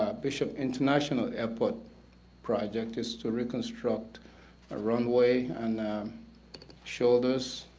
bishop international airport project is to reconstruct a runway and shoulders